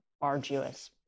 arduous